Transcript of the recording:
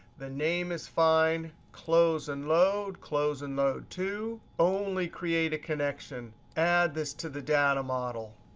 the name is fine. close and load, close and load to, only create a connection, add this to the data model,